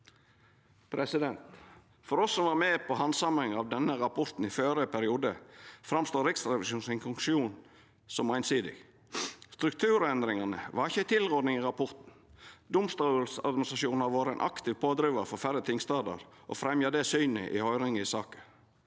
For oss som var med på handsaminga av denne rapporten i førre periode, framstår Riksrevisjonens konklusjon som einsidig. Strukturendringane var ikkje ei tilråding i rapporten. Domstoladministrasjonen har vore ein aktiv pådrivar for færre tingstader og fremja det synet i høyringa i saka.